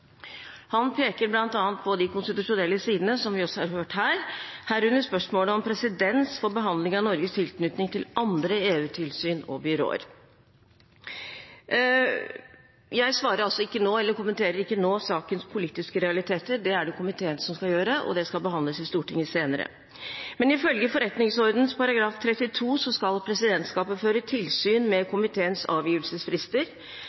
Han peker bl.a. på de konstitusjonelle sidene, som vi også har hørt her, herunder spørsmålet om presedens for behandling av Norges tilknytning til andre EU-tilsyn og -byråer. Jeg kommenterer ikke nå sakens politiske realiteter – det er det komiteen som skal gjøre, og det skal behandles av Stortinget senere. Men ifølge forretningsordenens § 32 skal presidentskapet føre tilsyn med